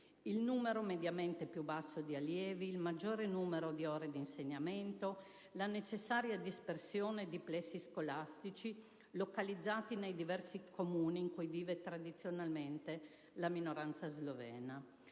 il numero mediamente più basso di allievi, il maggior numero di ore di insegnamento, la necessaria dispersione di plessi scolastici localizzati nei diversi Comuni in cui vive tradizionalmente la minoranza slovena.